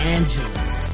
Angeles